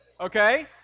Okay